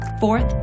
Fourth